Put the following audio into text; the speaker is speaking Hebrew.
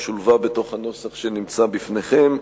ושולבה בנוסח שנמצא בפניכם.